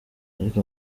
ariko